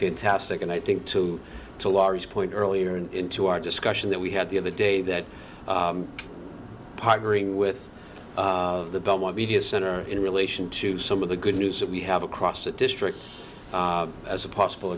fantastic and i think to a large point earlier and into our discussion that we had the other day that partnering with the belmont media center in relation to some of the good news that we have across the district as a po